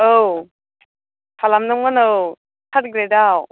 औ खालामदोंमोन औ टार्ट ग्रेडआव